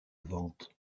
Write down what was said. vente